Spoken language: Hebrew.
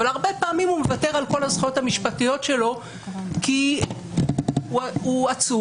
אבל הרבה פעמים הוא מוותר על כל הזכויות המשפטיות שלו כי הוא עצור,